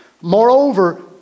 Moreover